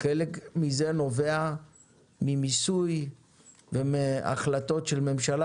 חלק מזה נובע ממיסוי ומהחלטות של ממשלה,